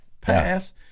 pass